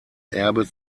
erbe